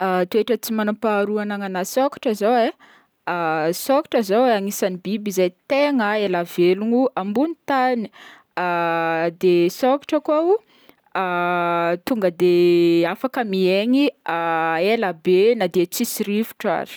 Toetra tsy manam-paharoa agnanan'ny sôkatra zao e, sôkatra zao anisan'ny biby zay tegna ela velogno ambony tany de sôkatra tonga de afaka miaigny elabe na de tsy misy rivotra aza.